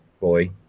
boy